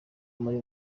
muri